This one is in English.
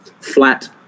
flat